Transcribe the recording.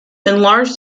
enlarge